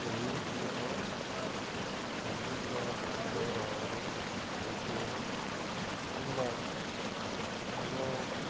ସେହି ଜିନିଷ ସମ୍ପୂର୍ଣ୍ଣ ସୁନ୍ଦର ଭାବରେ ଆଙ୍କି ହେବ କିମ୍ବା ଆମ